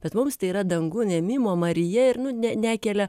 bet mums tai yra dangun ėmimo marija ir nu ne nekelia